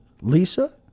Lisa